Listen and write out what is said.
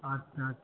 আচ্ছা আচ্ছা